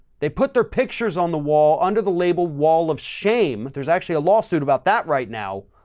they put their pictures on the wall under the label, wall of shame. there's actually a lawsuit about that right now,